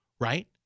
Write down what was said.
right